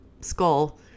skull